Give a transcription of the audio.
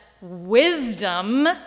wisdom